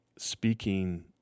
Speaking